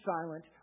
silent